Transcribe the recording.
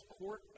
court